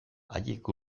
haiek